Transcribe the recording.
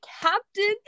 captain